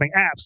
apps